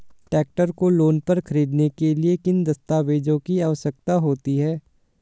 Tractor को loan पर खरीदने के लिए किन दस्तावेज़ों की आवश्यकता होती है?